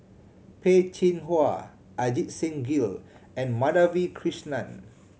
Peh Chin Hua Ajit Singh Gill and Madhavi Krishnan